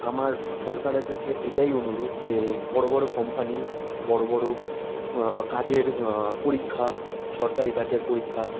আমার সরকারের কাছে এটাই অনুরোধ যে বড়ো বড়ো কোম্পানি বড়ো বড়ো কাজের পরীক্ষা সরকারি কাজের পরীক্ষা